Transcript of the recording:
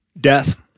Death